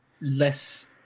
less